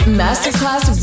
masterclass